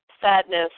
sadness